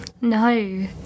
No